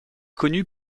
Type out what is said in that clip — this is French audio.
connu